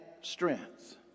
strength